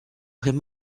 him